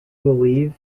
believe